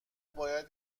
باید